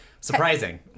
Surprising